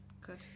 good